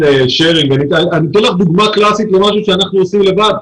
אני אתן לך דוגמה קלאסית למשהו שאנחנו עושים לבד.